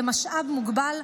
כמשאב מוגבל,